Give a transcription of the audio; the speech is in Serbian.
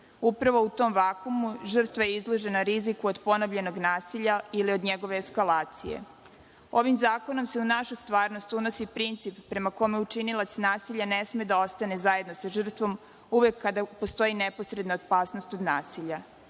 u tom vakumu, žrtva je izložena riziku od ponovljenog nasilja ili od njegove eskalacije. Ovim zakonom se u našu stvarnost unosi princip prema kome učinilac nasilja ne sme da ostane zajedno sa žrtvom uvek kada postoji neposredna opasnost od nasilja.